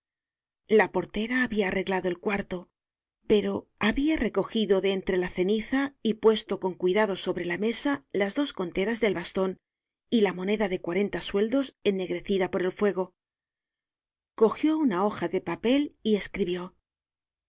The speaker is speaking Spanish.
la portera habia arreglado el cuarto pero habia recogido de entre la ceniza y puesto con cuidado sobre la mesa las dos conteras del baston y la moneda de cuarenta sueldos ennegrecida por el fuego cogió una hoja de papel y escribió